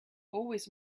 always